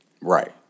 Right